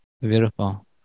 Beautiful